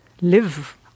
live